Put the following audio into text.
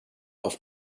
auf